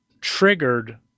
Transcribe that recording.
triggered